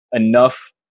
enough